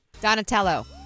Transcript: Donatello